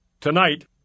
Tonight